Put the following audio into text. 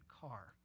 car